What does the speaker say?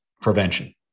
prevention